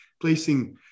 placing